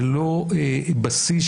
ללא בסיס,